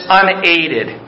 unaided